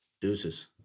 Deuces